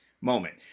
moment